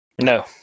No